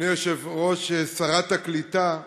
אדוני היושב-ראש, שרת הקליטה,